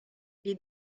les